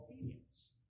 obedience